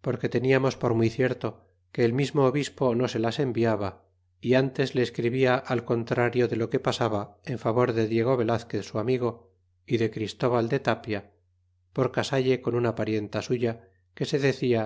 porque teníamos por muy cierto que el mismo obispo no solas enviaba y ntes le escribia al contrario de lo que pasaba en favor de diego velazquez su amigo y de christóbal de tapia por ea salle con una parienta suya que se decia